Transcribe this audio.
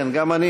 כן, גם אני